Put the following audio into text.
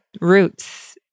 Roots